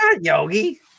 Yogi